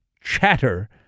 chatter